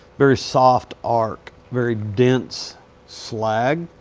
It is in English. very soft arc, very dense slag.